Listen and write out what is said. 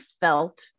felt